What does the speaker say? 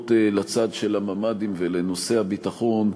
שנוגעות לצד של הממ"דים ולנושא הביטחון,